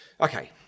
Okay